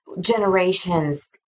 generations